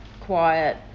quiet